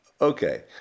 Okay